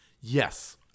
Yes